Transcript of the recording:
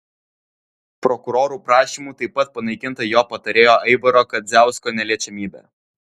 prokurorų prašymu taip pat panaikinta jo patarėjo aivaro kadziausko neliečiamybė